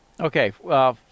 Okay